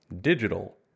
digital